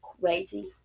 crazy